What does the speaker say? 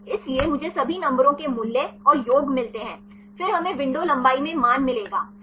इसलिए मुझे सभी नंबरों के मूल्य और योग मिलते हैं फिर हमें विंडो लंबाई में मान मिलेगा सही